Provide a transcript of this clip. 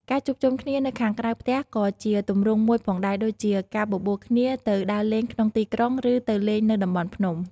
ការជួបជុំគ្នានៅខាងក្រៅផ្ទះក៏ជាទម្រង់មួយផងដែរ ដូចជាការបបួលគ្នាទៅដើរលេងក្នុងទីក្រុងឬទៅលេងនៅតំបន់ភ្នំ។